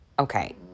Okay